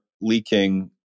leaking